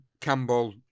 Campbell